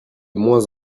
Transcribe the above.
moins